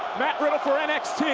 matt riddle for nxt.